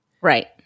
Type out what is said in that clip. Right